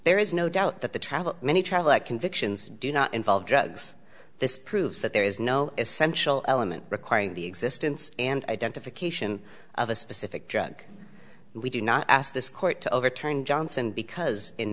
there is no doubt that the travel many travel at convictions do not involve drugs this proves that there is no essential element requiring the existence and identification of a specific drug we do not ask this court to overturn johnson because in